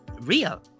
real